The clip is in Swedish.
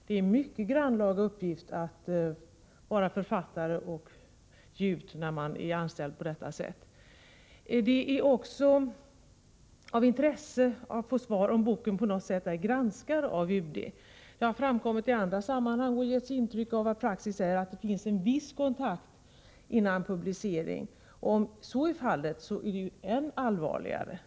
Det är en mycket grannlaga uppgift att vara författare och ge ut böcker när man är anställd på UD. Det är också av intresse att få svar på frågan om boken på något sätt är granskad av UD. Det har framkommit uppgifter i andra sammanhang och getts uttryck för att praxis är att det finns en viss kontakt före publicering. Om så är fallet, är det än allvarligare.